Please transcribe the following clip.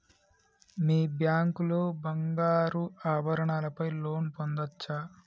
మీ bank లో బంగారు ఆభరణాల పై లోన్ పొందచ్చా?